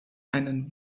einen